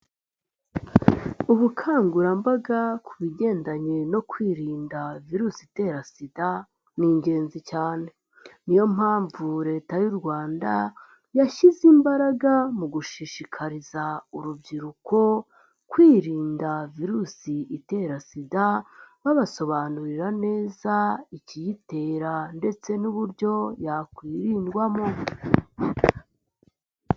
Ubukangurambaga ku bigendanye no kwirinda Virusi itera SIDA ni ingenzi cyane, niyo mpamvu Leta y'u Rwanda yashyize imbaraga mu gushishikariza urubyiruko kwirinda virusi itera sida, babasobanurira neza ikiyitera ndetse n'uburyo yakwirindwamo.